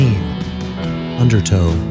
Undertow